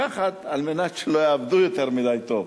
לקחת על מנת שלא יעבדו יותר מדי טוב.